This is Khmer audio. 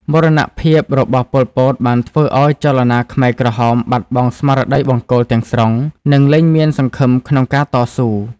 មរណភាពរបស់ប៉ុល ពត បានធ្វើឱ្យចលនាខ្មែរក្រហមបាត់បង់ស្មារតីបង្គោលទាំងស្រុង និងលែងមានសង្ឃឹមក្នុងការតស៊ូ។